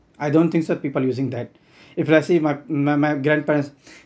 I don't think so people using that if let's say my my my grandparents